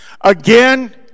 Again